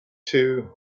two